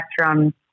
spectrum